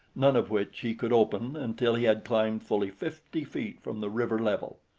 none of which he could open until he had climbed fully fifty feet from the river level.